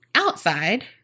Outside